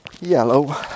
yellow